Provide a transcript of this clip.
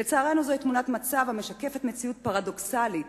לצערנו, זוהי תמונת מצב המשקפת מציאות פרדוקסלית